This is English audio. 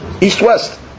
east-west